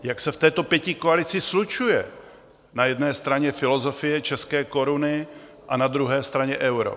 Jak se to v této pětikoalici slučuje, na jedné straně filozofie české koruny a na druhé straně euro?